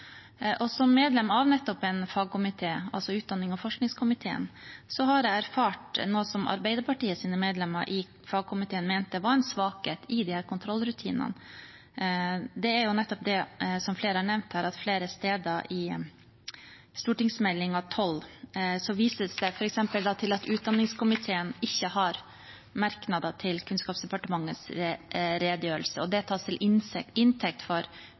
og konstitusjonskomiteen. Og som medlem av en fagkomité, utdannings- og forskningskomiteen, har jeg erfart noe som Arbeiderpartiets medlemmer i fagkomiteen mente var en svakhet i disse kontrollrutinene. Det er jo nettopp det som flere har nevnt her, at flere steder i Meld. St. 12 vises det f.eks. til at utdanningskomiteen ikke har merknader til Kunnskapsdepartementets redegjørelse, og det tas til inntekt for